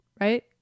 Right